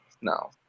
no